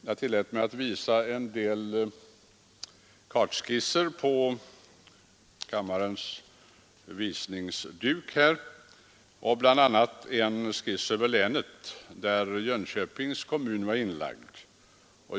Jag tillät mig också att visa en del kartskisser på kammarens TV-skärm — bl.a. en skiss över länet där Jönköpings län var inlagt.